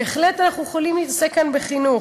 בהחלט אנחנו יכולים להתעסק כאן בחינוך.